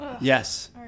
Yes